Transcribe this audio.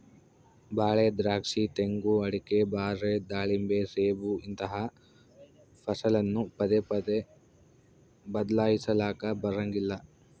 ಬಾಳೆ, ದ್ರಾಕ್ಷಿ, ತೆಂಗು, ಅಡಿಕೆ, ಬಾರೆ, ದಾಳಿಂಬೆ, ಸೇಬು ಇಂತಹ ಫಸಲನ್ನು ಪದೇ ಪದೇ ಬದ್ಲಾಯಿಸಲಾಕ ಬರಂಗಿಲ್ಲ